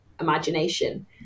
imagination